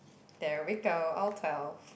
there we go all twelve